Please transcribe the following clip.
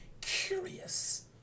curious